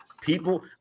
people